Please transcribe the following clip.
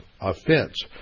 offense